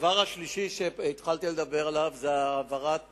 הדבר השלישי שהתחלתי לדבר עליו זה העברת